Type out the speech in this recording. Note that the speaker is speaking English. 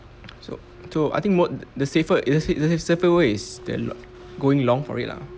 so so I think more the safer is that it the safer way is then going long for it lah